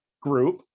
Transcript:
group